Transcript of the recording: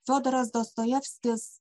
fiodoras dostojevskis